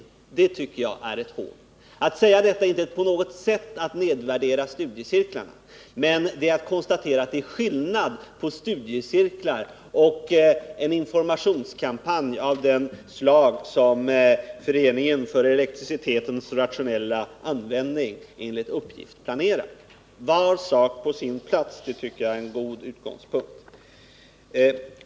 Att säga detta är inte på något sätt att nedvärdera studiecirklarna, men det är att konstatera att det är skillnad på studiecirklar och en informationskampanj av det slag som Föreningen för elektricitetens rationella användning enligt uppgift planerar. Var sak på sin plats — det tycker jag är en god utgångspunkt.